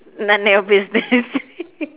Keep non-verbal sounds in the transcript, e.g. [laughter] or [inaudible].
narnia business [laughs]